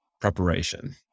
preparation